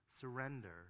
surrender